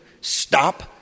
stop